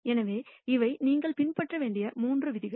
எனவே இவை நீங்கள் பின்பற்ற வேண்டிய மூன்று விதிகள்